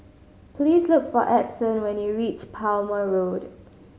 please look for Edson when you reach Palmer Road